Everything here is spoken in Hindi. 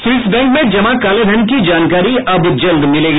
स्विस बैंक में जमा कालेधन की जानकारी अब जल्द मिलेगी